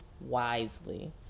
wisely